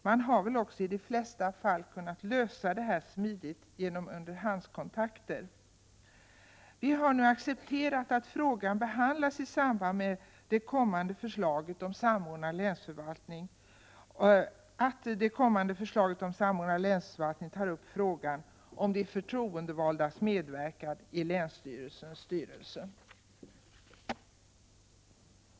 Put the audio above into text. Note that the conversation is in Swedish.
Proble 59 met har väl i de flesta fall kunnat lösas smidigt genom underhandskontakter. Folkpartiet har nu accepterat att frågan behandlas i samband med det kommande förslaget om samordnad länsförvaltning, där de förtroendevaldas medverkan i länsstyrelsens styrelse skall tas upp.